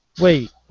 Wait